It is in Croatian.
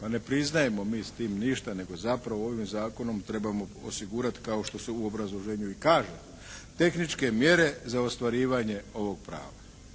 Pa ne priznajmo mi s tim ništa, nego zapravo ovim zakonom trebamo osigurati kao što se u obrazloženju i kaže, tehničke mjere za ostvarivanje ovog prava.